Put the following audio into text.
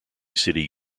city